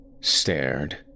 stared